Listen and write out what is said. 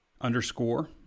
underscore